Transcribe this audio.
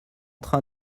train